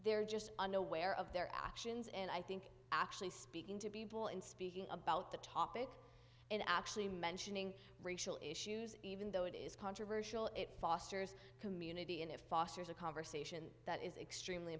they're just unaware of their actions and i think actually speaking to people in speaking about the topic and actually mentioning racial issues even though it is controversial it fosters community and it fosters a conversation that is extremely